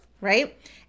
right